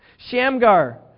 Shamgar